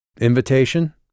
Invitation